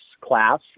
class